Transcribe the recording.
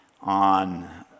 on